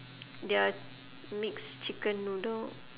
their mixed chicken noodle